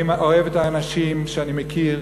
אני אוהב את האנשים שאני מכיר,